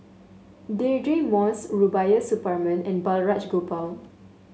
Deirdre Moss Rubiah Suparman and Balraj Gopal